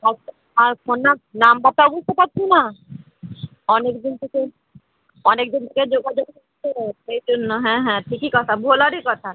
আচ্ছা আর ফোন না নম্বরটাও বুঝতে পারছো না অনেক দিন থেকে অনেক দিন থেকে যোগাযোগ নেই তো সেই জন্য হ্যাঁ হ্যাঁ ঠিকই কথা ভোলারই কথা